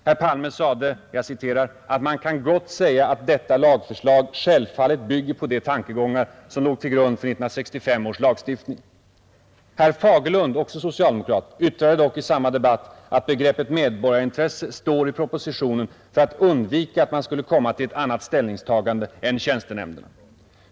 Han sade: ”Man kan gott säga att detta lagförslag principiellt självfallet bygger på de tankegångar som låg till grund för 1965 års lagstiftning.” Herr Fagerlund, också socialdemokrat, yttrade dock i samma debatt att begreppet medborgarintresse står i propositionen för att undvika att man skulle komma till ett annat ställningstagande än tjänstenämnderna.